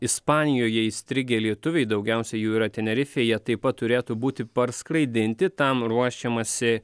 ispanijoje įstrigę lietuviai daugiausia jų yra tenerifėje taip pat turėtų būti parskraidinti tam ruošiamasi